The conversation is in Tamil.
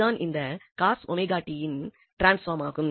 அது தான் இந்த coswt இன் டிரான்ஸ்பாம் ஆகும்